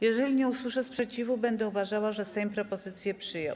Jeżeli nie usłyszę sprzeciwu, będę uważała, że Sejm propozycję przyjął.